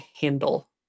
handle